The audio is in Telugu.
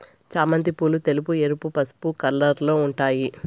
చామంతి పూలు తెలుపు, ఎరుపు, పసుపు కలర్లలో ఉంటాయి